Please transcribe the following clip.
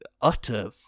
utter